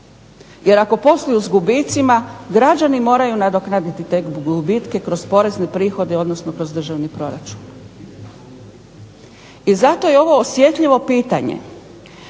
Jer ako posluju s gubicima građani moraju nadoknaditi te gubitke kroz porezne prihode odnosno kroz državni proračun. I zato je ovo osjetljivo pitanje.